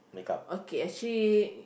okay actually